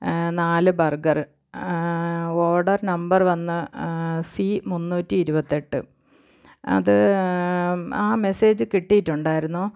നാല് burger order number വന്ന് C മുന്നൂറ്റി ഇരുവത്തെട്ട് അത് ആ മെസ്സേജ് കിട്ടിയിട്ടുണ്ടായിരുന്നോ